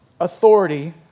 authority